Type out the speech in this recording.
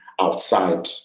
outside